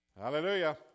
Hallelujah